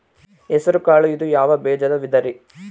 ಹೆಸರುಕಾಳು ಇದು ಯಾವ ಬೇಜದ ವಿಧರಿ?